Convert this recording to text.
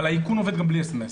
אבל האיכון עובד גם בלי סמ"סים.